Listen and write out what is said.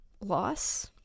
loss